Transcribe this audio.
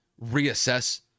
reassess